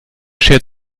schert